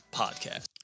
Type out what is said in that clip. podcast